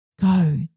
Go